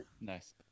Nice